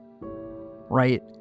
Right